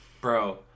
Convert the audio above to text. Bro